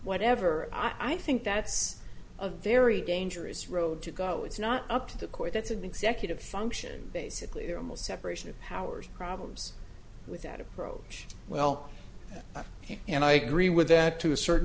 whatever i think that's a very dangerous road to go it's not up to the court that's an executive function basically they're almost separation of powers problems with that approach well and i agree with that to a certain